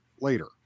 later